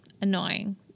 Annoying